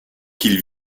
qu’il